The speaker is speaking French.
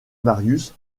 marius